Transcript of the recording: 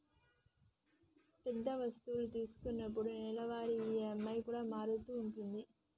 పెద్ద వస్తువు తీసుకున్నప్పుడు నెలవారీ ఈ.ఎం.ఐ కూడా మారుతూ ఉంటది